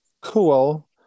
Cool